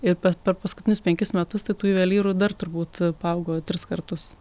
ir pa per paskutinius penkis metus tai tų juvelyrų dar turbūt paaugo tris kartus